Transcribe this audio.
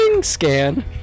scan